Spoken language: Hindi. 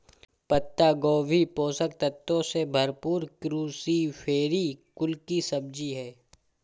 पत्ता गोभी पोषक तत्वों से भरपूर क्रूसीफेरी कुल की सब्जी है